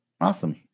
Awesome